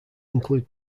include